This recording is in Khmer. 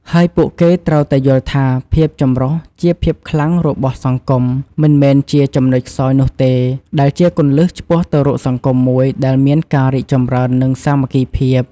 ហើយពួកគេត្រូវតែយល់ថា ភាពចម្រុះជាភាពខ្លាំងរបស់សង្គម មិនមែនជាចំណុចខ្សោយនោះទេ ដែលជាគន្លឹះឆ្ពោះទៅរកសង្គមមួយដែលមានការរីកចម្រើន និងសាមគ្គីភាព។